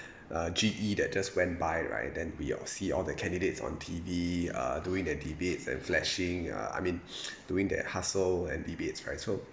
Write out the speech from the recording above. uh G_E that just went by right then we all see all the candidates on T_V uh doing their debates and flashing uh I mean doing their hustle and debates right so